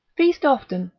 feast often,